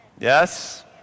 Yes